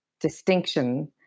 distinction